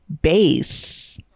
base